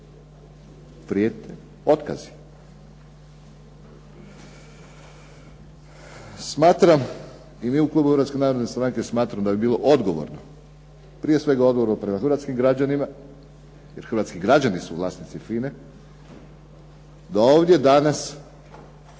prijeti otkazima. Smatram i mi u klubu Hrvatske narodne stranke smatramo da bi bilo odgovorno, prije svega odgovorno prema hrvatskim građanima jer hrvatski građani su vlasnici FINA-e da ovdje danas